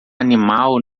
animal